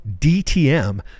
DTM